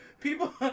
People